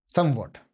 Somewhat